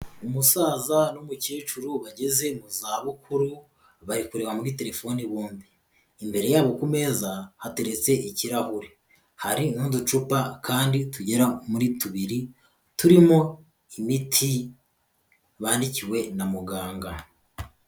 Umusaza n'umukecuru bageze mu za bukuru, bari kureba muri telefone bombi, imbere yabo ku meza hateretse ikirahure, hari n'uducupa kandi tugera muri tubiri turimo imiti bandikiwe na muganga.